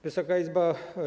Wysoka Izbo!